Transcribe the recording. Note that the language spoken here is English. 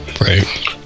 Right